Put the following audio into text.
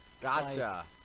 Gotcha